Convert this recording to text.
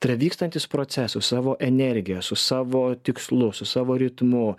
tai yra vykstantys procesų savo energija su savo tikslu su savo ritmu